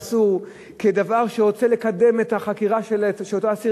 כדבר שרוצה לקדם את החקירה של אותו אסיר.